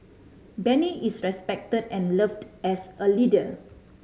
Benny is respected and loved as a leader